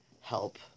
help